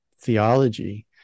theology